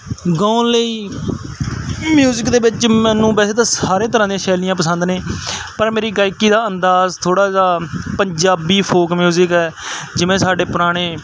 ਗਾਉਣ ਲਈ ਮਿਊਜ਼ਿਕ ਦੇ ਵਿੱਚ ਮੈਨੂੰ ਵੈਸੇ ਤਾਂ ਸਾਰੇ ਤਰ੍ਹਾਂ ਦੀਆਂ ਸ਼ੈਲੀਆਂ ਪਸੰਦ ਨੇ ਪਰ ਮੇਰੀ ਗਾਇਕੀ ਦਾ ਅੰਦਾਜ਼ ਥੋੜ੍ਹਾ ਜਿਹਾ ਪੰਜਾਬੀ ਫੋਕ ਮਿਊਜ਼ਿਕ ਹੈ ਜਿਵੇਂ ਸਾਡੇ ਪੁਰਾਣੇ